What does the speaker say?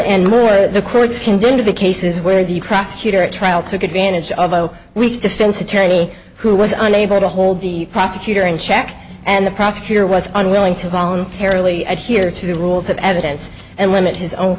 and moreover the courts condoned the cases where the prosecutor at trial took advantage of a week's defense attorney who was unable to hold the prosecutor in check and the prosecutor was unwilling to voluntarily adhere to the rules of evidence and limit his own